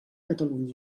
catalunya